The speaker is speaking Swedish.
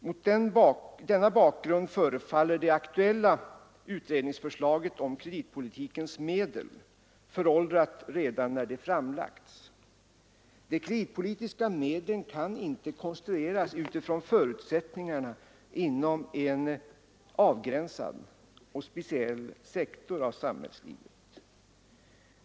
Mot denna bakgrund förefaller det aktuella utredningsförslaget om kreditpolitikens medel föråldrat redan när det framlagts. De kreditpolitiska medlen kan inte konstrueras utifrån förutsättningarna inom en avgränsad och speciell sektor av samhällslivet.